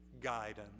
guidance